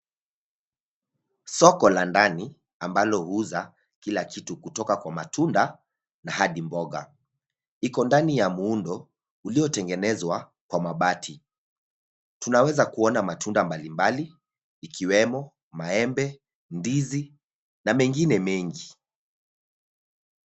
Soko la ndani ambalo huuza kila kitu kutoka kwa matunda na hadi mboga iko ndani ya muundo uliotengenezwa kwa mabati. Tunaweza kuona matunda mbalimbali ikiwemo maembe, ndizi na mengine mengi.